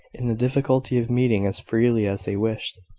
in the difficulty of meeting as freely as they wished.